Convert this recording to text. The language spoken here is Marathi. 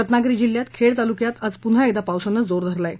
रत्नागिरी जिल्ह्यात खेड तालुक्यात आज पुन्हा एकदा पावसानं जोर धरला आहे